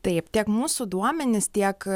taip tiek mūsų duomenys tiek